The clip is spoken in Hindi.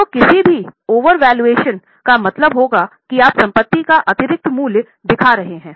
तो किसी भी ओवरवैल्यूएशन का मतलब होगा कि आप संपत्ति का अतिरिक्त मूल्य दिखा रहे हैं